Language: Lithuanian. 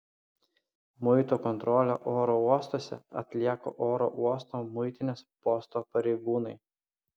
muito kontrolę oro uostuose atlieka oro uosto muitinės posto pareigūnai